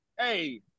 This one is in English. hey